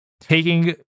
taking